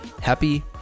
happy